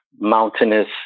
mountainous